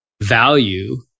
value